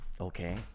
Okay